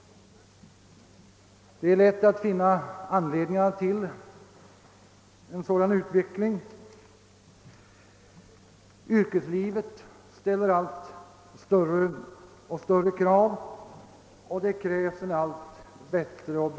Det är lätt att finna anledningar till en sådan utveckling. Yrkeslivet ställer allt större krav och det behövs därför en allt bättre utbildning.